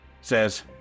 Says